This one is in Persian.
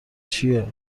چیه